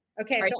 Okay